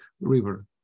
river